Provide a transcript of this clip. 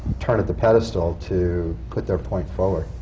turn at the pedestal to put their point forward.